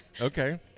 Okay